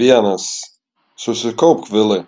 vienas susikaupk vilai